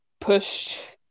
pushed